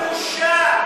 איזו בושה.